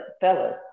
fellas